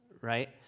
right